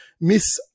miss